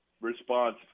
response